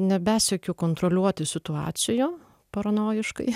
nebesiekiu kontroliuoti situacijų paranojiškai